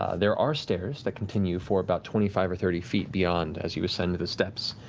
ah there are stairs that continue for about twenty five or thirty feet beyond, as you ascend to those steps.